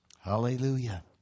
Hallelujah